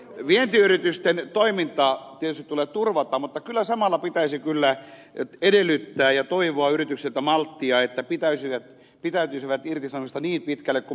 vientiyritysten toiminta tietysti tulee turvata mutta kyllä samalla pitäisi edellyttää ja toivoa yrityksiltä malttia että pitäytyisivät irtisanomisista niin pitkälle kuin mahdollista